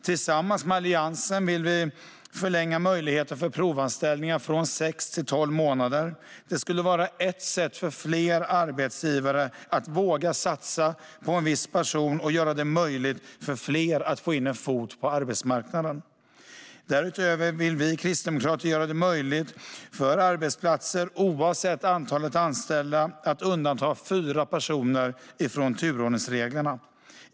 Tillsammans med Alliansen vill vi förlänga möjligheten till provanställningar från sex till tolv månader. Det skulle vara ett sätt för fler arbetsgivare att våga satsa på en viss person och göra det möjligt för fler att få in en fot på arbetsmarknaden. Därutöver vill vi kristdemokrater göra det möjligt för arbetsplatser, oavsett antalet anställda, att undanta fyra personer från turordningsreglerna.